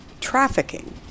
trafficking